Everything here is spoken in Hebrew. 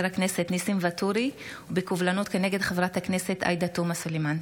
הכנסת ניסים ואטורי ובקובלנות כנגד חברת הכנסת עאידה תומא סלימאן.